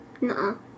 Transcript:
No